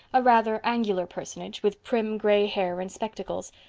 a rather angular personage, with prim gray hair and spectacles.